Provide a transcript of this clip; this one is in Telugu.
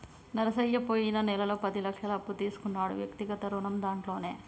నరసయ్య పోయిన నెలలో పది లక్షల అప్పు తీసుకున్నాడు వ్యక్తిగత రుణం దాంట్లోనే